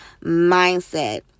mindset